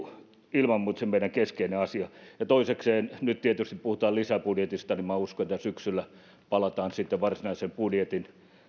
ilman muuta meillä se keskeinen asia ja toisekseen nyt tietysti puhutaan lisäbudjetista ja minä uskon että syksyllä palataan siihen varsinaisen budjetin